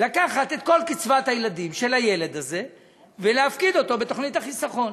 לקחת את כל קצבת הילדים של הילד הזה ולהפקיד אותה בתוכנית החיסכון.